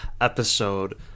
episode